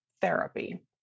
therapy